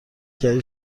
کردی